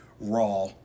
raw